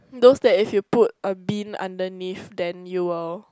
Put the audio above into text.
those that if you put a bean underneath then you will